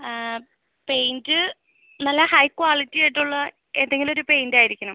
paint നല്ല high quality ആയിട്ടുള്ള ഏതെങ്കിലും ഒരു പെയിൻറ് ആയിരിക്കണം